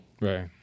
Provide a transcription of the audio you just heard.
Right